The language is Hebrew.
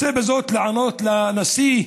רוצה בזאת לענות לנשיא,